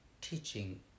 teaching